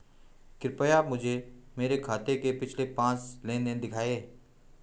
कृपया मुझे मेरे खाते के पिछले पांच लेन देन दिखाएं